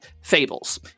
Fables